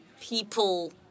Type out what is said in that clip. people